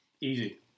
Easy